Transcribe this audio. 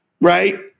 right